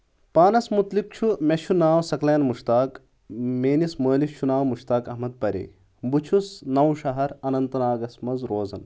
پانس مُتعلق چھُ مےٚ چھُ ناو سقلین مُشتاق میٲنِس مٲلِس چھُ ناو مُشتاق احمد پرے بہٕ چھُس نو شہر اننت ناگس منٛز روزان